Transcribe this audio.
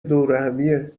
دورهمیه